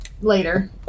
later